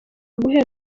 guhera